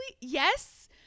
yes